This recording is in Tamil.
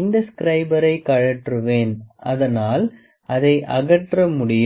இந்த ஸ்க்ரைபரை கழற்றுவேன் அதனால் அதை அகற்ற முடியும்